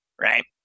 right